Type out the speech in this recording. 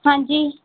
ਹਾਂਜੀ